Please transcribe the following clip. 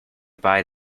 buy